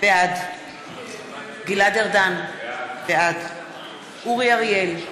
בעד גלעד ארדן, בעד אורי אריאל,